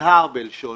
נזהר בלשוני.